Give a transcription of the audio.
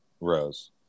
Rose